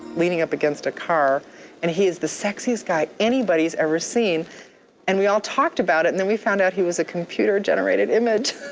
leaning up against a car and he is the sexiest guy anybody has ever seen and we all talked about it and then we found out he was a computer generated image.